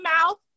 mouth